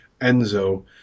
Enzo